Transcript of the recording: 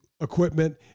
equipment